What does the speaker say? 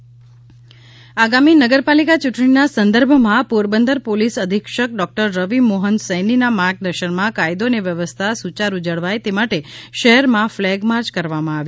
Porbandar police આગામી નગરપાલિકા ચુંટણીનાં સંદર્ભમાં પોરબંદર પોલીસ અધિક્ષક ડોકટર રવી મોહન સૈનીનાં માર્ગદર્શનમાં કાયદો અને વ્યવસ્થા સુચારૂ જળવાય તે માટે શહેરમાં ફલેગ માર્ચ કરવામાં આવી